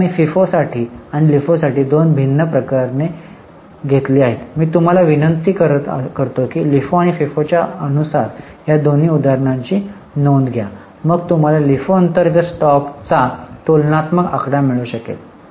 आता मी फिफोसाठी आणि लिफोसाठी दोन भिन्न प्रकरणे घेतली आहेत मी तुम्हाला विनंती करतो की आता लिफो आणि फिफोच्या अनुसार या दोन्ही उदाहरणांची नोंद घ्या मग तुम्हाला लिफो अंतर्गत स्टॉकचा तुलनात्मक आकडा मिळू शकेल